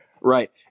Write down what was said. Right